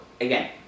again